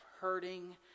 hurting